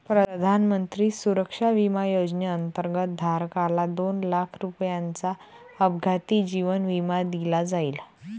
प्रधानमंत्री सुरक्षा विमा योजनेअंतर्गत, धारकाला दोन लाख रुपयांचा अपघाती जीवन विमा दिला जाईल